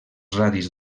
radis